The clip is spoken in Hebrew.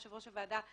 יושב-ראש הוועדה,